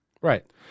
Right